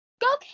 Go